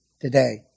Today